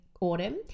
Autumn